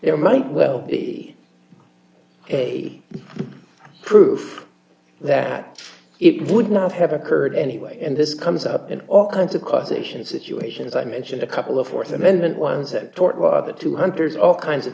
there might well be a proof that it would not have occurred anyway and this comes up in all kinds of causation situations i mentioned a couple of th amendment ones that are the two hunters all kinds of